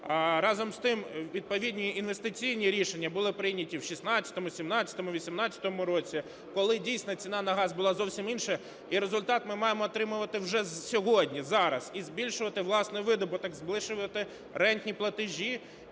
Разом з тим, відповідні інвестиційні рішення були прийняті у 16-му, 17-му, 18-му році, коли дійсно ціна на газ була зовсім інша, і результат ми маємо отримувати вже сьогодні, зараз і збільшувати власний видобуток, збільшувати рентні платежі.